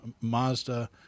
Mazda